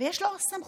ויש לו סמכויות.